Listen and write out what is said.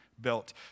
built